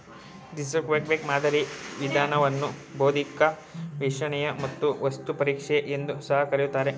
destructive ಮಾದರಿ ವಿಧಾನವನ್ನು ಬೌದ್ಧಿಕ ವಿಶ್ಲೇಷಣೆ ಮತ್ತು ವಸ್ತು ಪರೀಕ್ಷೆ ಎಂದು ಸಹ ಕರಿತಾರೆ